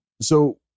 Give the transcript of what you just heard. So-